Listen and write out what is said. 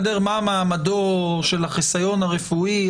מה מעמדו של החיסיון הרפואי,